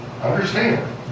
understand